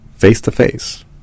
face-to-face